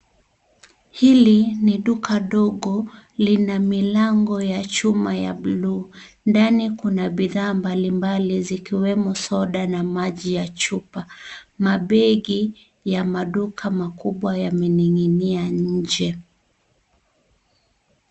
Hili ni duka dogo lina milango ya chuma ya buluu. Ndani kuna bidhaa mbalimbali zikiwemo soda na maji ya chupa. Mabegi ya maduka makubwa yameninginia nje.